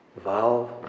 valve